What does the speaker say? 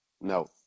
No